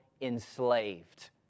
enslaved